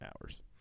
hours